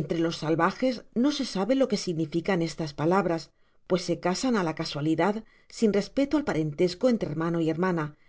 entre los salvajes no se sabe lo que significan estas palabras pues se casan á la casualidad sin respeto al parentesco entre hermano y hermana